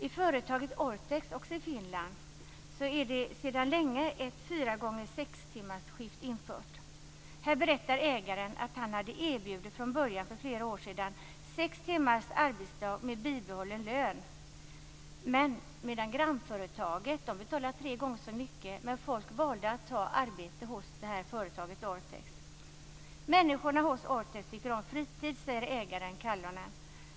I företaget Orthex, också i Finland, är sedan länge skift om fyra gånger sex timmar infört. Här berättar ägaren att han från början, för flera år sedan, erbjöd sex timmars arbetsdag med bibehållen lön medan grannföretaget betalade tre gånger så mycket. Folk valde ändå att ta arbete hos Orthex. Människorna hos Orthex tycker om fritid, säger ägaren Kallonen.